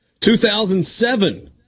2007